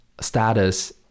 status